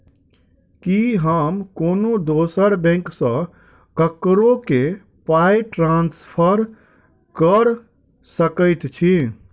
की हम कोनो दोसर बैंक सँ ककरो केँ पाई ट्रांसफर कर सकइत छि?